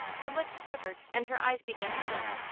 her lips quivered and her eyes began to fill.